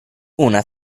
una